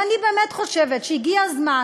ואני באמת חושבת שהגיע הזמן